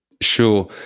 Sure